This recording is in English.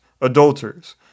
adulterers